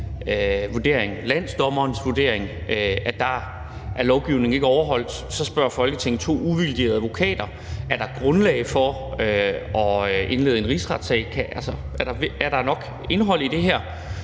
landsdommerens vurdering er lovgivningen ikke overholdt i fru Inger Støjbergs tilfælde. Så spørger Folketinget to uvildige advokater: Er der grundlag for at indlede en rigsretssag, altså er der nok indhold i det her?